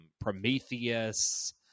Prometheus